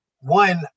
one